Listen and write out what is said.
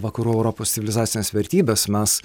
vakarų europos civilizacines vertybes mes